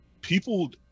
people